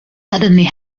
suddenly